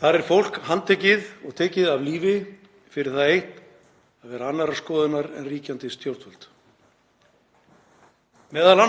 Þar er fólk handtekið og tekið af lífi fyrir það eitt að vera annarrar skoðunar en ríkjandi stjórnvöld. Það